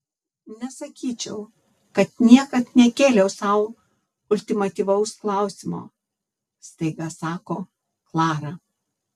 nesakyčiau kad niekad nekėliau sau ultimatyvaus klausimo staiga sako klara